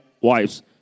wives